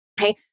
Okay